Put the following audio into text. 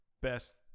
best